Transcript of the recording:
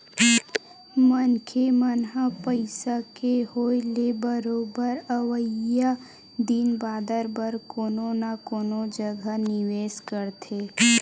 मनखे मन ह पइसा के होय ले बरोबर अवइया दिन बादर बर कोनो न कोनो जघा निवेस करथे